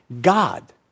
God